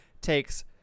takes